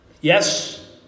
Yes